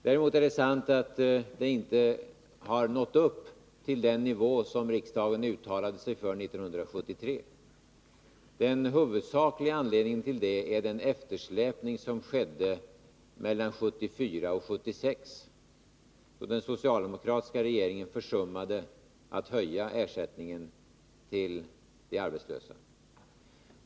Däremot är det sant att ersättningen inte har nått upp till den nivå som riksdagen 1973 uttalade sig för. Den huvudsakliga anledningen till det är den eftersläpning som skedde mellan 1974 och 1976, då den socialdemokratiska regeringen försummade att höja ersättningen till de arbetslösa.